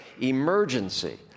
emergency